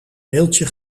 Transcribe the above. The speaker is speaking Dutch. beeldje